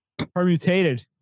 Permutated